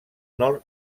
nord